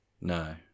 No